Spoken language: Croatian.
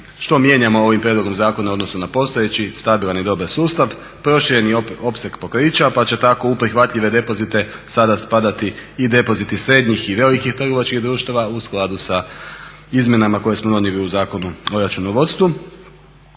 što mijenjamo ovim prijedlogom zakona u odnosu na postojeći? Stabilan i dobar sustav, prošireni opseg pokrića pa će tako u prihvatljive depozite sada spadati i depoziti srednjih i velikih trgovačkih društava u skladu sa izmjenama koje smo donijeli u Zakonu o računovodstvu.